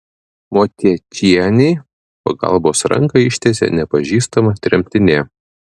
motiečienei pagalbos ranką ištiesė nepažįstama tremtinė